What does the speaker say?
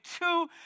two